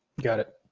got it.